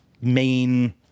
main